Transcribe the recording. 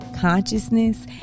consciousness